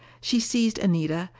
she seized anita,